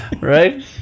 Right